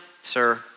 sir